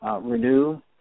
Renew